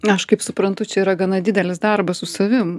na aš kaip suprantu čia yra gana didelis darbas su savim